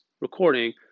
recording